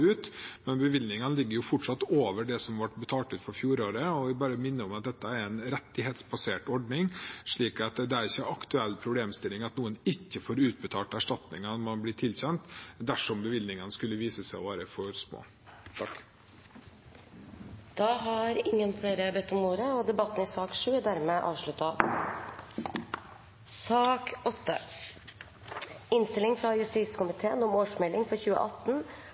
ut. Men bevilgningene ligger fortsatt over det som ble betalt ut for fjoråret. Jeg vil bare minne om at dette er en rettighetsbasert ordning, slik at det ikke er en aktuell problemstilling at noen ikke får utbetalt erstatningen man blir tilkjent, dersom bevilgningene skulle vise seg å være for små. Flere har ikke bedt om ordet